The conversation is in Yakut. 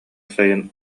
сайын